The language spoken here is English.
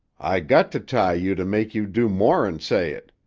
i got to tie you to make you do more'n say it.